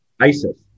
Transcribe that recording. ISIS